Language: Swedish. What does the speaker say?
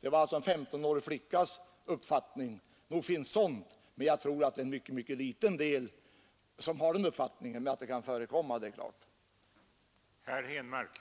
Det var alltså en 1S5-årig flickas uppfattning. Nog finns sådant, men jag tror att det är en mycket, mycket liten del som har den uppfattningen. Att det kan förekomma är emellertid klart.